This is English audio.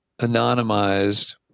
anonymized